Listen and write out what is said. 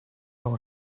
all